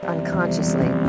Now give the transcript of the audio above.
Unconsciously